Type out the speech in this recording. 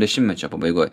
dešimtmečio pabaigoj